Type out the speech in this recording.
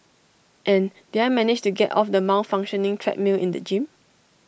and did I manage to get off the malfunctioning treadmill in the gym